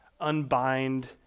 Unbind